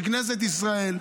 של כנסת ישראל,